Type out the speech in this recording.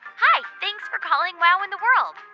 hi. thanks for calling wow in the world.